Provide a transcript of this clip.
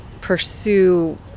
pursue